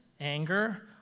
anger